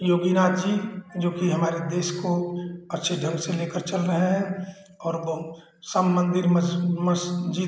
योगीनाथ जी जो की हमारे देश को अच्छे ढंग से लेकर चल रहे हैं और ब सब मंदिर मस्जि मस्जिद